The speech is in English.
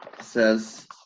says